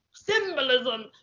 symbolism